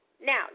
Now